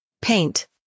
Paint